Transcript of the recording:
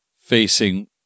facing